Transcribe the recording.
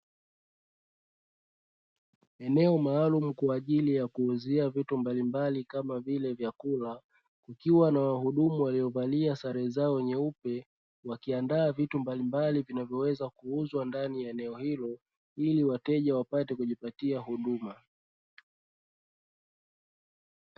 Eneo maalum kwa ajili ya kuuzia vitu mbalimbali kama vile vyakula, kukiwa na wahudumu waliovalia sare zao nyeupe, wakiandaa vitu mbalimbali vinavyoweza kuuzwa ndani ya eneo hilo ili wateja wapate kujipatia huduma.